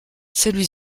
celui